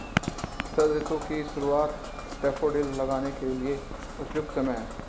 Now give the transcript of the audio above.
शरद ऋतु की शुरुआत डैफोडिल लगाने के लिए उपयुक्त समय है